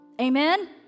Amen